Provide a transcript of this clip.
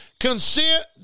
consent